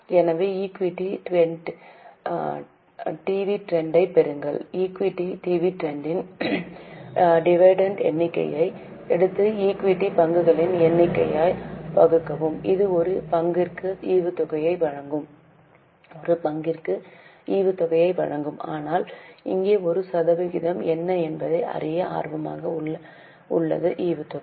எனவே ஈக்விட்டி டிவிடெண்டைப் பெறுங்கள் ஈக்விட்டி டிவிடெண்டின் எண்ணிக்கையை எடுத்து ஈக்விட்டி பங்குகளின் எண்ணிக்கையால் வகுக்கவும் இது ஒரு பங்கிற்கு ஈவுத்தொகையை வழங்கும் ஒரு பங்கிற்கு ஈவுத்தொகையை வழங்கும் ஆனால் இங்கே ஒரு சதவீதம் என்ன என்பதை அறிய ஆர்வமாக உள்ளது ஈவுத்தொகை